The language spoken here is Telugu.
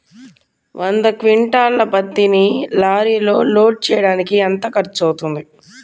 వంద క్వింటాళ్ల పత్తిని లారీలో లోడ్ చేయడానికి ఎంత ఖర్చవుతుంది?